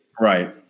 Right